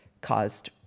caused